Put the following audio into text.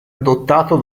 adottato